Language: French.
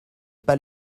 pas